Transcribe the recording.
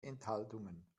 enthaltungen